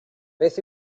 beth